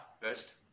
first